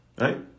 Right